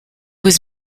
was